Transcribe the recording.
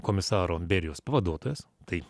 komisaro berijos pavaduotojas tai